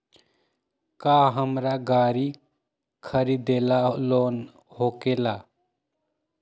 का हमरा गारी खरीदेला लोन होकेला?